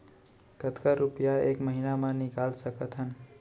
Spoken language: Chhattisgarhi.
कतका रुपिया एक महीना म निकाल सकथन?